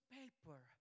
paper